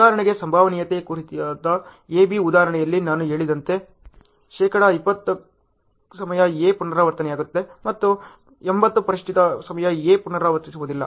ಉದಾಹರಣೆಗೆ ಸಂಭವನೀಯತೆಯ ಕುರಿತಾದ A B ಉದಾಹರಣೆಯಲ್ಲಿ ನಾನು ಹೇಳಿದಂತೆ 20 ಶೇಕಡಾ ಸಮಯ A ಪುನರಾವರ್ತನೆಯಾಗುತ್ತದೆ ಮತ್ತು 80 ಪ್ರತಿಶತ ಸಮಯ A ಪುನರಾವರ್ತಿಸುವುದಿಲ್ಲ